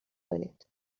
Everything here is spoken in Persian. کنید